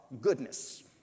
goodness